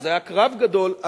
וזה היה קרב גדול,